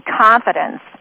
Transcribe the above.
confidence